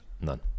None